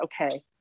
okay